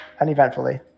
uneventfully